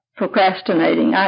procrastinating